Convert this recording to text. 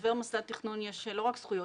שלחבר מוסד תכנון יש לא רק זכויות,